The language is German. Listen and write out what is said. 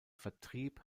vertrieb